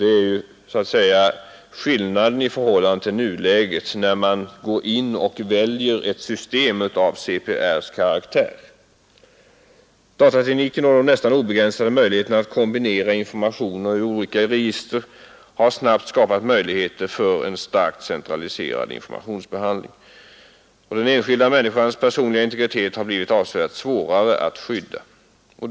Det är i detta avseende man får skillnaden i förhållande till nuläget när man väljer ett system av CPR:s karaktär. Datatekniken och de nästan obegränsade möjligheterna att kombinera information ur olika register har snabbt skapat möjligheter för en starkt centraliserad informationsbehandling. Den enskilda människans personliga integritet har blivit avsevärt svårare att skydda.